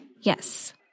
Yes